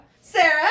sarah